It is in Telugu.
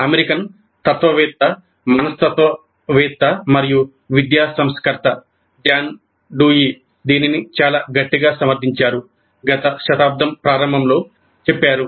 అమెరికన్ తత్వవేత్త మనస్తత్వవేత్త మరియు విద్యా సంస్కర్త జాన్ డ్యూయీ దీనిని చాలా గట్టిగా సమర్థించారు గత శతాబ్దం ప్రారంభంలో చెప్పారు